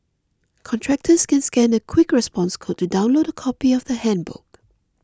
contractors can scan a quick response code to download a copy of the handbook